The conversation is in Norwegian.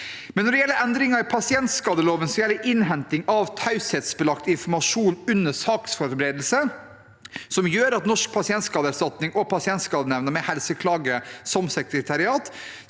det. Når det gjelder endringer i pasientskadeloven som gjelder innhenting av taushetsbelagt informasjon under saksforberedelse, som gjør at Norsk pasientskadeerstatning og Pasientskadenemnda med Helseklage som sekretariat